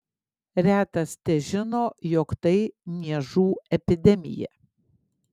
retas težino jog tai niežų epidemija